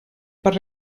per